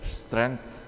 strength